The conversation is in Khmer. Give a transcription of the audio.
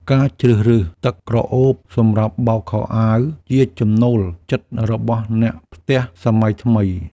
ការជ្រើសរើសទឹកក្រអូបសម្រាប់បោកខោអាវ ជាចំណូលចិត្តរបស់អ្នកផ្ទះសម័យថ្មី។